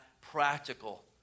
practical